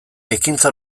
ekintza